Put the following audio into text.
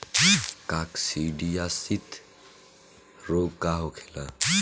काकसिडियासित रोग का होखेला?